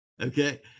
Okay